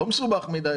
לא מסובך מדיי,